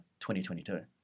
2022